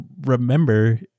remember